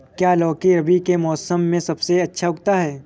क्या लौकी रबी के मौसम में सबसे अच्छा उगता है?